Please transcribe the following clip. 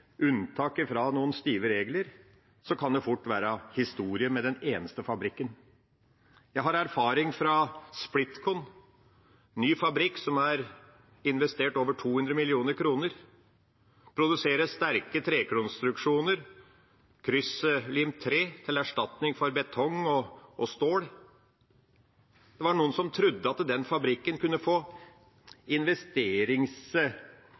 unntak fra noen stive regler, kan det fort være historie med den eneste fabrikken. Jeg har erfaring fra Splitkon, ny fabrikk, som har investert over 200 mill. kr. Den produserer sterke trekonstruksjoner, krysslimt tre, til erstatning for betong og stål. Det var noen som trodde at den fabrikken kunne